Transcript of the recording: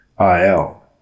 IL